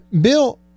Bill